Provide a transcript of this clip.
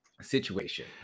situation